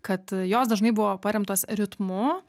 kad jos dažnai buvo paremtos ritmu